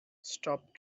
stop